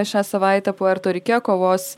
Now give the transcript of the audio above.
šią savaitę puerto rike kovos